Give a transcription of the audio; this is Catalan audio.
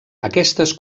aquestes